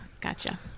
Gotcha